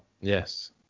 yes